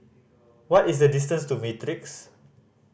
what is the distance to Matrix